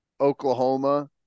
Oklahoma